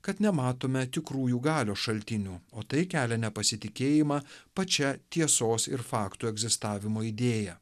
kad nematome tikrųjų galios šaltinių o tai kelia nepasitikėjimą pačia tiesos ir faktų egzistavimo idėja